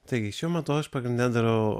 taigi šiuo metu aš pagrindine darau